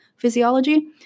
physiology